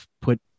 put